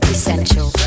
Essential